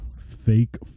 fake